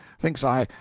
thinks i,